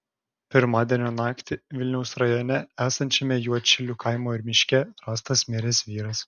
pirmadienio naktį vilniaus rajone esančiame juodšilių kaimo miške rastas miręs vyras